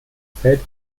fällt